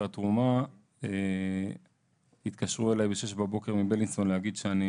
התרומה התקשרו אלי בשש בבוקר מבילינסון להגיד שאני